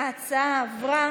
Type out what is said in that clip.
ההצעה עברה